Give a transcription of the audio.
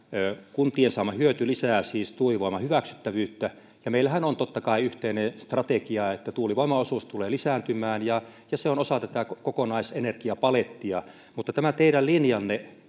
kuntien saama hyöty lisää siis tuulivoiman hyväksyttävyyttä ja meillähän on totta kai yhteinen strategia että tuulivoiman osuus tulee lisääntymään ja se on osa tätä kokonaisenergiapalettia mutta tämä teidän linjanne